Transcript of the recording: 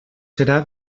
serà